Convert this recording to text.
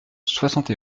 soixante